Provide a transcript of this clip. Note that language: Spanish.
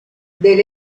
del